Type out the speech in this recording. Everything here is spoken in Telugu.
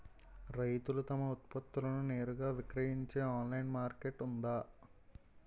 రైతులు తమ ఉత్పత్తులను నేరుగా విక్రయించే ఆన్లైన్ మార్కెట్ ఉందా?